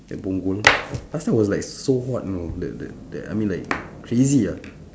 at punggol last time was like so hot you know that that that I mean like crazy lah